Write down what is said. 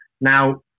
Now